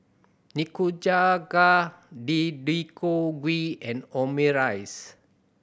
Nikujaga Deodeok Gui and Omurice